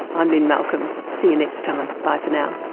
i'm lynne malcolm. see you next time. ah bye for now